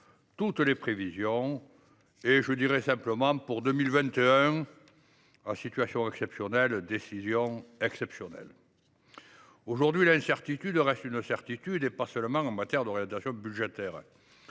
toutes les prévisions. Je dirais simplement pour 2021 : à situation exceptionnelle, décisions exceptionnelles. Aujourd’hui, l’incertitude reste une certitude, et pas seulement en matière d’orientation budgétaire.